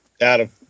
Adam